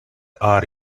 are